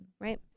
right